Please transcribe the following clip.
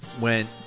went